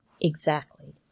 Exactly